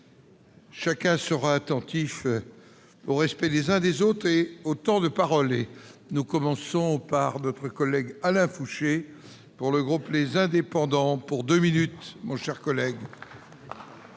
chacun sera attentif au respect des uns des autres et autant de parole et nous commençons par notre collègue Alain Fouché pour le groupe, les indépendants pour 2 minutes chers collègues.